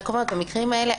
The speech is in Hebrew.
אני רק אומרת שבמקרים האלה,